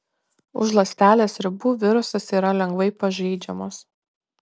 už ląstelės ribų virusas yra lengvai pažeidžiamas